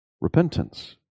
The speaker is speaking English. repentance